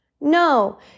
No